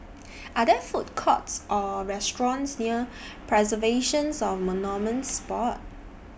Are There Food Courts Or restaurants near Preservations of Monuments Board